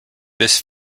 this